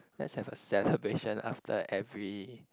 let's have a celebration after every